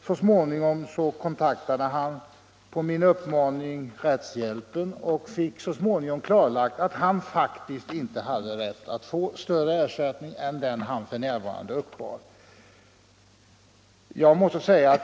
På min uppmaning kontaktade han så småningom rättshjälpen och fick klarlagt att han faktiskt inte hade rätt till högre ersättning än den han f.n. uppbar.